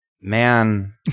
man